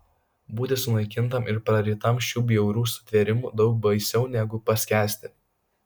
būti sunaikintam ir prarytam šių bjaurių sutvėrimų daug baisiau negu paskęsti